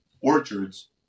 orchards